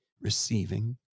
receiving